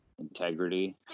integrity